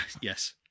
yes